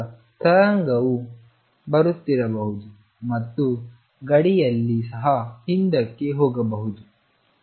ಆದ್ದರಿಂದ ತರಂಗವು ಬರುತ್ತಿರಬಹುದು ಮತ್ತು ಗಡಿಯಲ್ಲಿ ಸಹ ಹಿಂದಕ್ಕೆ ಹೋಗಬಹುದು ಮತ್ತು